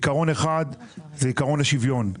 עיקרון אחד הוא עיקרון השוויון.